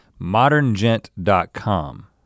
moderngent.com